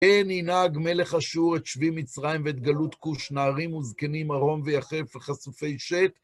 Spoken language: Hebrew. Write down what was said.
ן ינהג מלך אשור את שבי מצרים, ואת גלות כוש, נערים וזקנים, ערום ויחף וחשופי שת